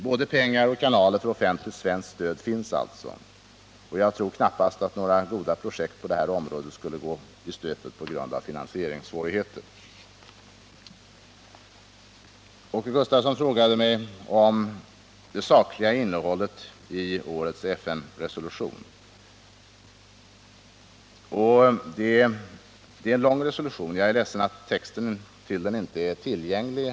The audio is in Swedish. Både pengar och kanaler för offentligt svenskt stöd finns alltså, och jag tror knappast att några goda projekt på detta område går i stöpet på grund av finansieringssvårigheter. Åke Gustavsson frågade mig om det sakliga innehållet i årets FN resolution. Det är en lång resolution, och jag är ledsen att texten ännu inte är tillgänglig.